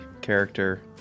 character